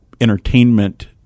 entertainment